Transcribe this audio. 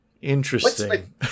Interesting